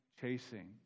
chasing